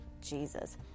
Jesus